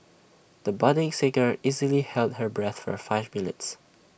the budding singer easily held her breath for five minutes